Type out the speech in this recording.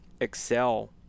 excel